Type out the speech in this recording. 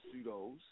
pseudos